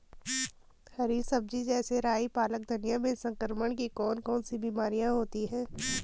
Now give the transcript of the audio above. हरी सब्जी जैसे राई पालक धनिया में संक्रमण की कौन कौन सी बीमारियां होती हैं?